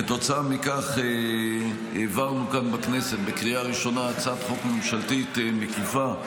כתוצאה מכך העברנו כאן בכנסת בקריאה הראשונה הצעת חוק ממשלתית מקיפה,